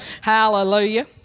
Hallelujah